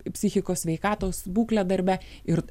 psichikos sveikatos būklę darbe ir